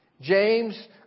James